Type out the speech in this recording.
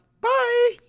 Bye